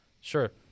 Sure